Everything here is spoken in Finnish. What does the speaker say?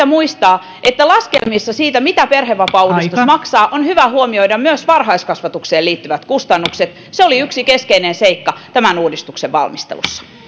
muistaa että laskelmissa siitä mitä perhevapaauudistus maksaa on hyvä huomioida myös varhaiskasvatukseen liittyvät kustannukset se oli yksi keskeinen seikka tämän uudistuksen valmistelussa